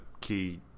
key